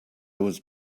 was